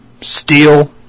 steel